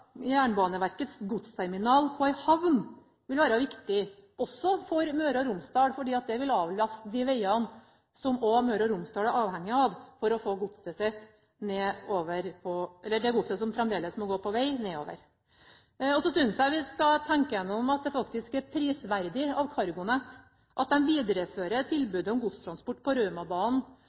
Jernbaneverkets godsterminal til en havn, vil være viktig også for Møre og Romsdal, for det vil avlaste de vegene som Møre og Romsdal er avhengig av for å få det godset som fremdeles må gå på veg, nedover. Så synes jeg vi skal tenke gjennom at det faktisk er prisverdig av CargoNet at de viderefører tilbudet om godstransport på